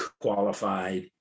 qualified